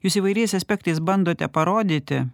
jūs įvairiais aspektais bandote parodyti